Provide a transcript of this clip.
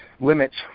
limits